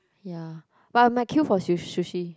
ya but I might queue for su~ sushi